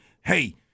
hey